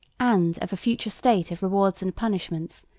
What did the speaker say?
and of a future state of rewards and punishments,